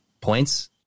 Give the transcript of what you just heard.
points